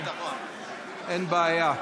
אין בעיה.